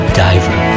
diver